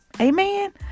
Amen